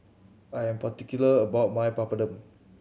I am particular about my Papadum